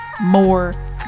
more